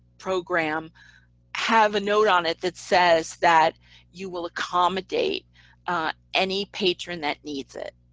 program have a note on it that says that you will accommodate any patron that needs it.